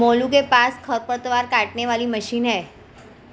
मोलू के पास खरपतवार काटने वाली मशीन है